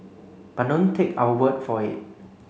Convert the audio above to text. but don't take our word for it